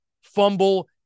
fumble